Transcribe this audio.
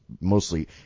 mostly